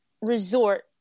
resort